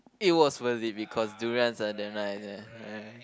it was worth it because durians are damn nice